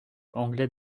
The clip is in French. anglais